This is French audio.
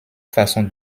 façons